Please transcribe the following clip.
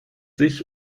sich